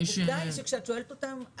כשאת שואלת אותם,